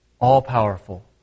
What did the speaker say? all-powerful